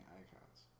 icons